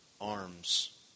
arms